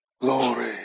Glory